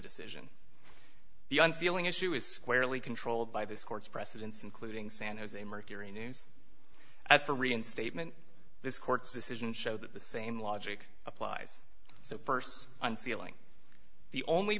decision the unsealing issue is squarely controlled by this court's precedents including san jose mercury news as for reinstatement this court's decision showed that the same logic applies so first unsealing the only